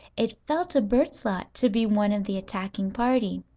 it fell to bert's lot to be one of the attacking party.